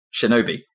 Shinobi